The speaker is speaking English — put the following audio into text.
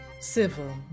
civil